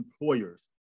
employers